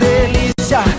Delícia